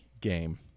game